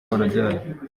twagiranye